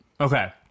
Okay